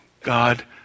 God